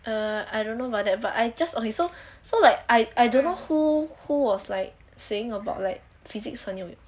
err I don't know about it but I just only so so like I don't know who who was like saying about like physics 很有